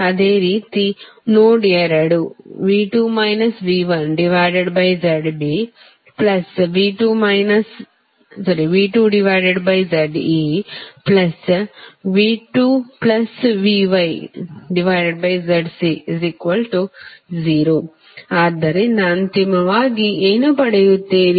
ಅದೇ ರೀತಿ ನೋಡ್ಎರಡು V2 V1ZBV2ZEV2VYZC0 ಆದ್ದರಿಂದ ಅಂತಿಮವಾಗಿ ಏನು ಪಡೆಯುತ್ತೀರಿ